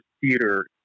theater